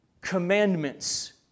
commandments